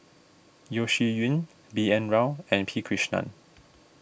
Yeo Shih Yun B N Rao and P Krishnan